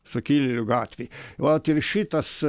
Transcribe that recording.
sukilėlių gatvėj vat ir šitas